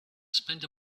spend